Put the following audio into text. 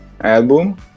Album